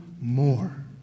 more